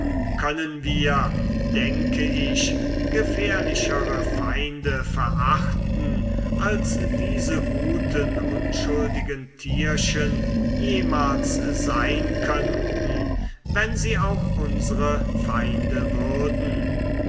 können wir denke ich gefährlichere feinde verachten als diese guten unschuldigen tierchen jemals sein könnten wenn sie auch unsre feinde würden